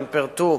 הן פירטו